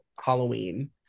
Halloween